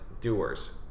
doers